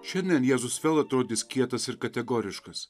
šiandien jėzus vėl atrodys kietas ir kategoriškas